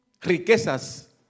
riquezas